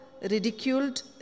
ridiculed